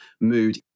mood